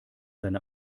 seine